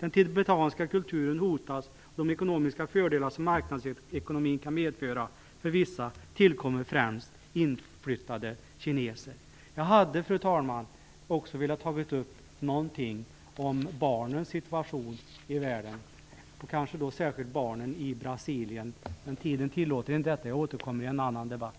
Den tibetanska kulturen hotas. De ekonomiska fördelar som marknadsekonomin kan medföra för vissa tillkommer främst inflyttade kineser. Jag hade, fru talman, också velat ta upp någonting om barnens situation i världen, och kanske då särskilt barnen i Brasilien, men tiden tillåter inte detta. Jag återkommer i en annan debatt.